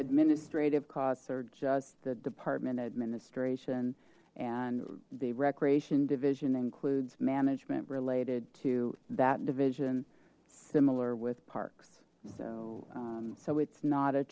administrative costs are just the department administration and the recreation division includes management related to that division similar with parks so so it's not a